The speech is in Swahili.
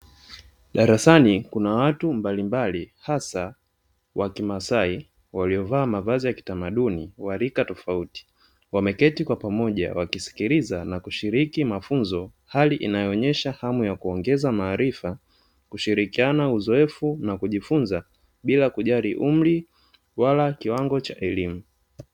Darasani kuna watu mbali mbali hasa wa kimasai waliovaa mavazi ya kitamaduni wa rika tofauti, wameketi kwa pamoja wakisikiliza na kushiriki mafunzo, hali inayoonesha hamu ya kuongeza maarifa, kushirikiana uzoefu na kujifunza bila kujali umri wala kiwango cha elimu.